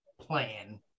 plan